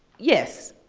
yes,